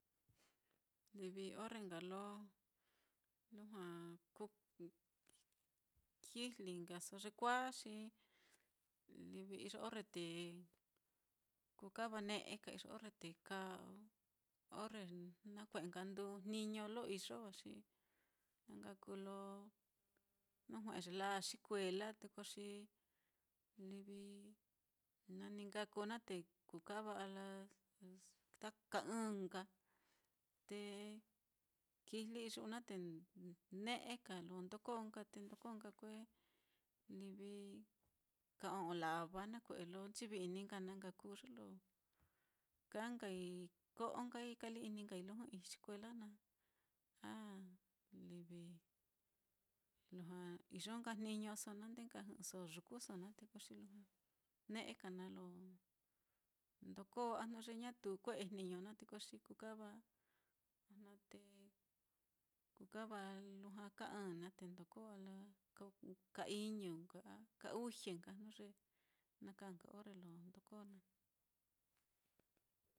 Livi orre nka lo lujua ku kijli nkaso yekuāā, livi iyo orre te kukava ne'eka, iyo orre te kaa orre nakue'e nka nduu jniño lo iyo á, xi na nak kuu lo jnu jue'e ye la'a á xikuela, te ko xi livi, noni nka kuu naá te kukava a las ta ka ɨ̄ɨ̱n nka, te kijlii iyu'u naá te ne'eka lo ndoko nka, te ndoko nka kue ka o'on lava, nakue'e lo nchivi-ini na nka kuu ye kaa nkai ko'o nkai kali-ini nkai lo jɨ'ɨ xikuela naá, a livi lujua iyo nka jniñoso naá, nde nka jɨ'ɨso yukuso naá, te ko xi lujua ne'eka naá lo ndoko a jnu ye ñatu kue'e jniño naá, te ko xi kukava ojna te kukava lujua ka ɨ̄ɨ̱n naá te ndoko a la ka iñu nka a ka uxie nka jnu ye na kaa orre lo ndoko naá.